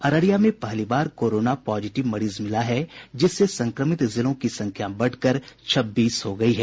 अररिया में पहली बार कोरोना पॉजिटिव मरीज मिला है जिससे संक्रमित जिलों की संख्या बढ़कर छब्बीस हो गयी है